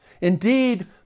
Indeed